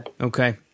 Okay